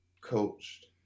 coached